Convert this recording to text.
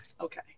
Okay